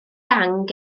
gang